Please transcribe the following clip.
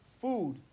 food